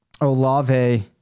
Olave